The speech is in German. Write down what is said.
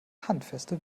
handfeste